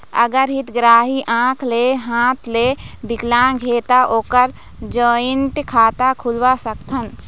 अगर हितग्राही आंख ले हाथ ले विकलांग हे ता ओकर जॉइंट खाता खुलवा सकथन?